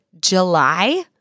July